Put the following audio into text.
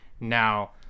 Now